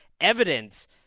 evidence